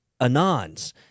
Anons